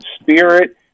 spirit